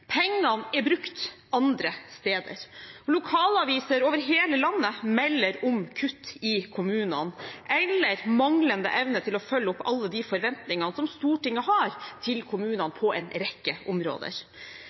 Pengene er brukt andre steder. Lokalaviser over hele landet melder om kutt i kommunene eller manglende evne til å følge opp alle de forventningene som Stortinget har til kommunene på en rekke områder.